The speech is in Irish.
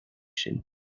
sin